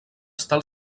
estar